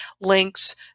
links